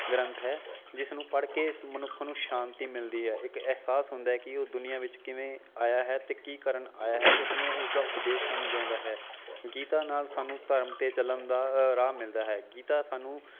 ਗ੍ਰੰਥ ਹੈ ਜਿਸ ਨੂੰ ਪੜ੍ਹ ਕੇ ਇਸ ਮਨੁੱਖ ਨੂੰ ਸ਼ਾਂਤੀ ਮਿਲਦੀ ਹੈ ਇੱਕ ਅਹਿਸਾਸ ਹੁੰਦਾ ਕਿ ਉਹ ਦੁਨੀਆਂ ਵਿੱਚ ਕਿਵੇਂ ਆਇਆ ਹੈ ਅਤੇ ਕੀ ਕਰਨ ਆਇਆ ਹੈ ਉਸ ਨੂੰ ਉਸ ਦਾ ਉਪਦੇਸ਼ ਸਮਝ ਆਉਂਦਾ ਹੈ ਗੀਤਾ ਨਾਲ ਸਾਨੂੰ ਧਰਮ 'ਤੇ ਚੱਲਣ ਦਾ ਰਾਹ ਮਿਲਦਾ ਹੈ ਗੀਤਾ ਸਾਨੂੰ